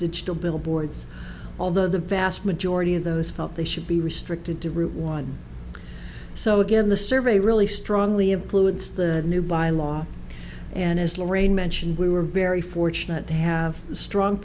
digital billboards although the vast majority of those felt they should be restricted to route one so again the survey really strongly influenced the new by law and as lorraine mentioned we were very fortunate to have a strong